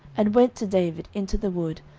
and went to david into the wood,